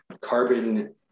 carbon